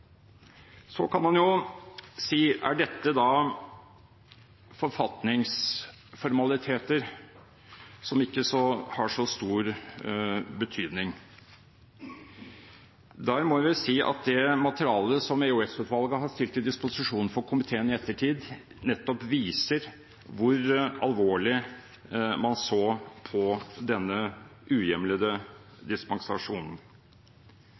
Så kan man si: Er dette forfatningsformaliteter som ikke har så stor betydning? Der må vi vel si at det materialet som EOS-utvalget har stilt til disposisjon for komiteen i ettertid, nettopp viser hvor alvorlig man så på denne